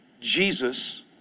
Jesus